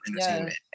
entertainment